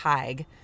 tig